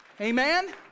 amen